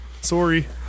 Sorry